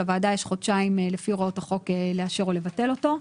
לפי הוראות החוק לוועדה יש חודשיים לאשר או לבטל אותו.